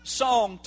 song